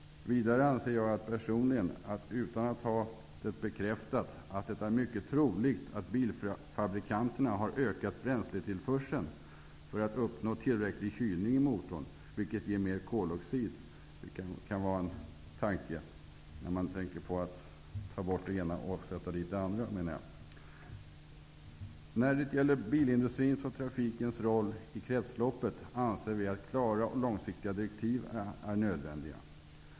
Vidare anser jag personligen, utan att ha det bekräftat, att det är mycket troligt att bilfabrikanterna har ökat bränsletillförseln för att uppnå tillräcklig kylning i motorn. Det ger mer koloxid. Det kan vara något att hålla i minnet när man tänker på att ta bort det ena och sätta till det andra. När det gäller bilindustrins och trafikens roll i kretsloppet anser vi att klara och långsiktiga direktiv är nödvändiga.